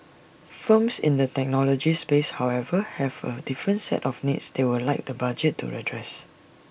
firms in the technology space however have A different set of needs they would like the budget to address